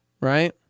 Right